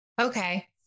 Okay